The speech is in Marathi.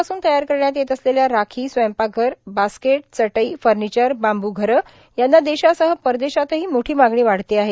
पासून तयार करण्यात येत असलेल्या बाबू राखी स्वयंपाकघर बास्केट चटई र्फानचर बांबू घरं यांना देशासह परदेशातहो मोठी मागणी वाढत आहे